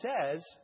says